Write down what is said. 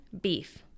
beef